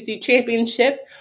championship